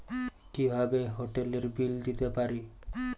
কিভাবে হোটেলের বিল দিতে পারি?